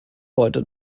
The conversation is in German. heute